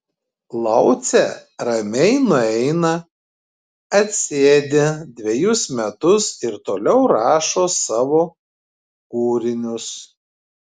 laucė ramiai nueina atsėdi dvejus metus ir toliau rašo savo kūrinius